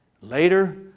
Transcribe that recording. Later